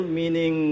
meaning